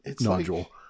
nodule